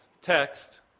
text